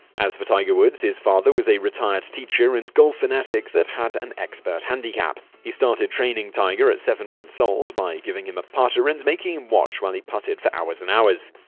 as for tiger woods, his father was a retired teacher and a golf fanatic that had an expert handicap. he started training tiger at seven months old by giving him a putter and making him watch while he putted for hours and hours.